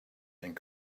and